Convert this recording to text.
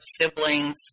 siblings